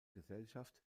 gesellschaft